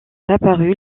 apparue